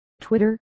Twitter